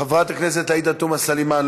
חברת הכנסת עאידה תומא סלימאן,